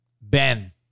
Ben